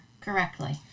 correctly